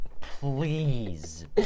please